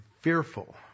fearful